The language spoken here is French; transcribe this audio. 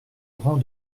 rang